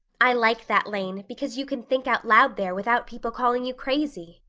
i like that lane because you can think out loud there without people calling you crazy.